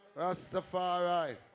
Rastafari